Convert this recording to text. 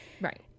Right